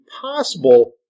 possible